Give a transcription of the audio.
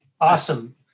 Awesome